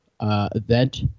event